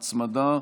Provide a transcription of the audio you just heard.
ההצמדה.